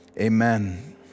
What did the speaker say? amen